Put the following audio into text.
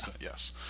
Yes